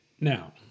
Now